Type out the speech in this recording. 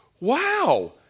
wow